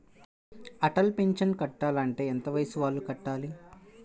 Atal pension కట్టాలి అంటే ఎంత వయసు వాళ్ళు కట్టాలి?